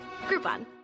Groupon